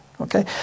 Okay